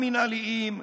המינהליים,